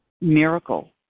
miracle